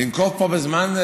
לנקוב פה בזמן,